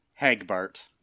Hagbart